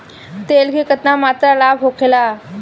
तेल के केतना मात्रा लाभ होखेला?